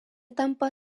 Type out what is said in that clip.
tampa